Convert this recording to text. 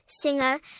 singer